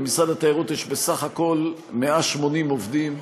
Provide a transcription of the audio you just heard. ולמשרד התיירות יש בסך הכול 180 עובדים.